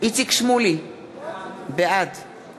איציק שמולי, בעד